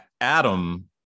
Adam